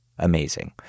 Amazing